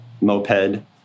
moped